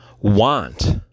want